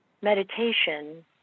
meditation